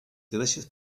delicious